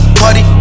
party